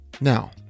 Now